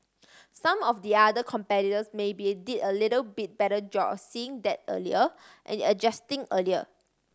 some of the other competitors maybe did a little bit better job of seeing that earlier and adjusting earlier